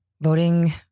Voting